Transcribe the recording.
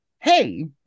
Hey